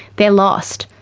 they're lost,